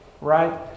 right